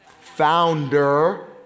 founder